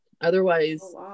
Otherwise